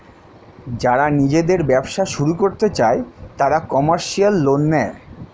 যারা নিজেদের ব্যবসা শুরু করতে চায় তারা কমার্শিয়াল লোন নেয়